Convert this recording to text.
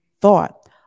thought